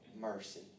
mercy